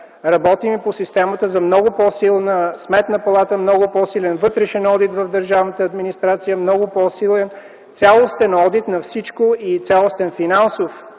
Работим и по системата за много по-силна Сметна палата, много по-силен вътрешен одит в държавната администрация, много по-силен цялостен одит на всичко и цялостен финансов